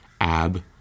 ab